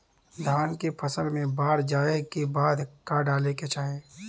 धान के फ़सल मे बाढ़ जाऐं के बाद का डाले के चाही?